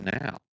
now